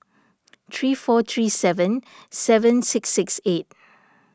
three four three seven seven six six eight